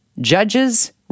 judges